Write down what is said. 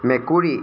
মেকুৰী